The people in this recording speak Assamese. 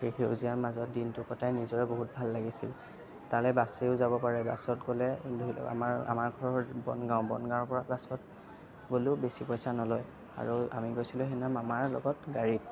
এই সেউজীয়াৰ মাজত দিনটো কটাই নিজৰে বহুত ভাল লাগিছিল তালৈ বাছেৰেও যাব পাৰে বাছত গ'লে ধৰি লওক আমাৰ আমাৰ ঘৰ বনগাঁও বনগাঁৱৰ পৰা বাছত গ'লেও বেছি পইচা নলয় আৰু আমি গৈছিলো সেইদিনা মামাৰ লগত গাড়ীত